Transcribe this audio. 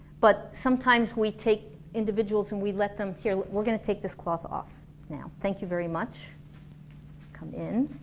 but sometimes we take individuals and we let them, here, we're going to take this cloth off now. thank you very much come in,